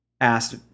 asked